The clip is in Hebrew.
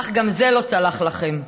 אך גם זה לא צלח לכם.